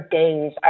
days